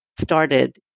started